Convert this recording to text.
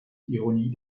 ironie